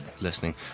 listening